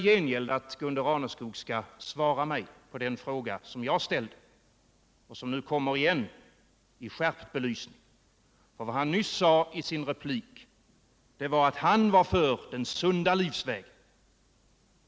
Jag tycker att Gunde Raneskog i gengäld skall svara på den fråga som jag har ställt och som nu kommer igen i skärpt belysning. Han sade nyss i sin replik att han var för den sunda livsvägen.